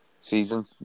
season